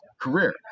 career